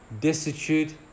destitute